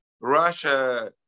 Russia